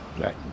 right